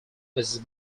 was